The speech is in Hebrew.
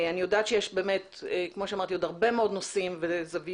אני יודעת שיש באמת עוד הרבה מאוד נושאים וזוויות